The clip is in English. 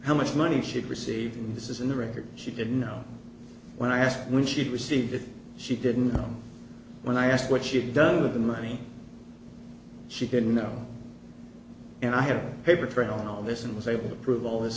how much money she'd received in this is in the record she didn't know when i asked when she'd received it she didn't know when i asked what she'd done with the money she didn't know and i had a paper trail on all this and was able to prove all this